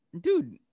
dude